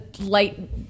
light